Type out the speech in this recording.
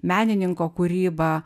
menininko kūryba